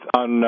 on